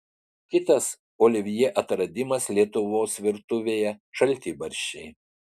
kitas olivjė atradimas lietuvos virtuvėje šaltibarščiai